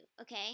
okay